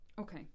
Okay